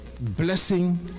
blessing